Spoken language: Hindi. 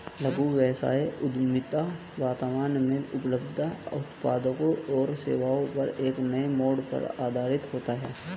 लघु व्यवसाय उद्यमिता वर्तमान में उपलब्ध उत्पादों और सेवाओं पर एक नए मोड़ पर आधारित होता है